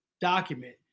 document